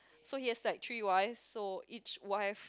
so has like three wives so each wife